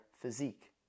physique